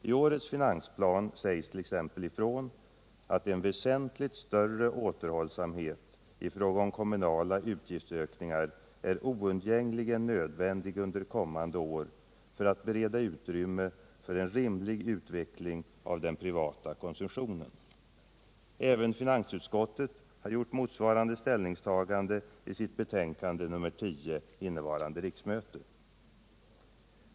I årets finansplan sägs t.ex. ifrån att en väsentligt större återhållsamhet i fråga om kommunala utgiftsökningar är ”oundgängligen nödvändig under kommande år för att bereda utrymme för en rimlig utveckling av den privata konsumtionen”. Även finansutskottet har gjort motsvarande ställningstagande i sitt betänkande nr 10 innevarande riksmöte.